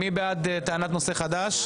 מי בעד טענת נושא חדש?